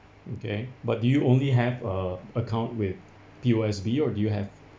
okay but do you only have a account with P_O_S_B or do you have